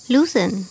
Loosen